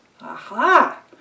aha